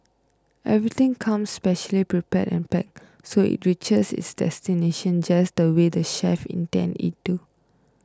everything comes specially prepared and packed so it reaches its destination just the way the chefs intend it to